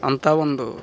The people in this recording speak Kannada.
ಅಂಥ ಒಂದು